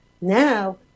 now